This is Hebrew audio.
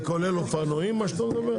זה כולל אופנועים, מה שאתה אומר?